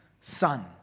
son